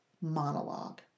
monologue